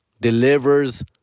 delivers